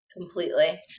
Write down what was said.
completely